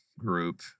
Group